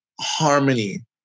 harmony